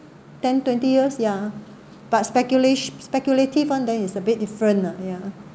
ten twenty years yeah but speculation speculative one then it's a bit different ah yeah